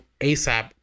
ASAP